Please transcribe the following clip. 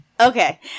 Okay